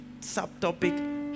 subtopic